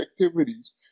activities